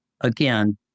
again